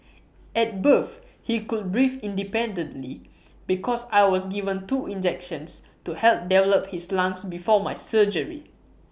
at birth he could breathe independently because I was given two injections to help develop his lungs before my surgery